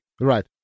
Right